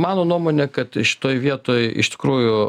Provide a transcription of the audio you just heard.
mano nuomone kad šitoj vietoj iš tikrųjų